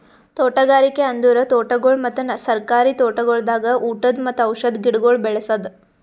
ತೋಟಗಾರಿಕೆ ಅಂದುರ್ ತೋಟಗೊಳ್ ಮತ್ತ ಸರ್ಕಾರಿ ತೋಟಗೊಳ್ದಾಗ್ ಊಟದ್ ಮತ್ತ ಔಷಧ್ ಗಿಡಗೊಳ್ ಬೆ ಳಸದ್